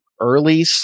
early